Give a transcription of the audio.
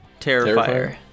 Terrifier